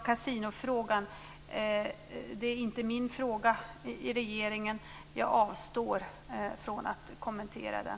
Kasinofrågan är inte min fråga i regeringen. Jag avstår från att kommentera den.